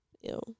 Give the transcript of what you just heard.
Ew